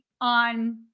on